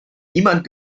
niemand